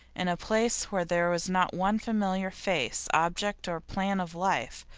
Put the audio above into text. in a place where there was not one familiar face, object, or plan of life,